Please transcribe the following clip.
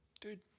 Dude